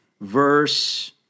verse